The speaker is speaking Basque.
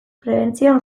prebentzioan